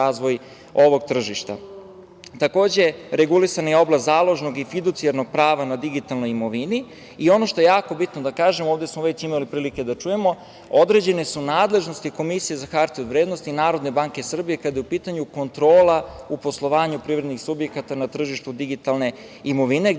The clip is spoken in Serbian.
tržišta. Takođe, regulisana je i oblast založnog i fiducijarnog prava na digitalnoj imovini. Ono što je jako bitno da kažem, ovde smo već imali prilike da čujemo, određene su nadležnosti Komisije za hartije od vrednosti i NBS kada je u pitanju kontrola u poslovanju privrednih subjekata na tržištu digitalne imovine, gde